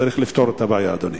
צריך לפתור את הבעיה, אדוני.